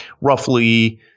roughly